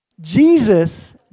Jesus